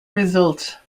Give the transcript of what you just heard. result